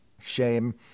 Shame